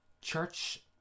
church